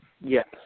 Yes